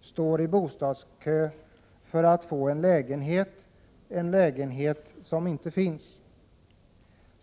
står i bostadskö för att få en lägenhet — en lägenhet som inte finns.